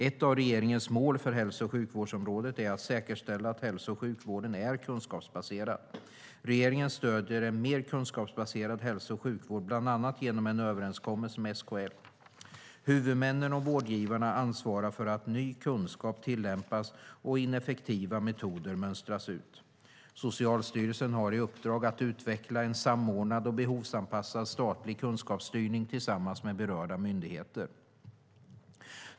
Ett av regeringens mål för hälso och sjukvårdsområdet är att säkerställa att hälso och sjukvården är kunskapsbaserad. Regeringen stöder en mer kunskapsbaserad hälso och sjukvård, bland annat genom en överenskommelse med SKL. Huvudmännen och vårdgivarna ansvarar för att ny kunskap tillämpas och ineffektiva metoder mönstras ut. Socialstyrelsen har i uppdrag att utveckla en samordnad och behovsanpassad statlig kunskapsstyrning tillsammans med berörda myndigheter.